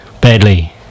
Badly